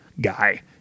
guy